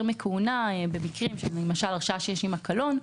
מכהונה, במקרים של הרשעה שיש עימה קלון.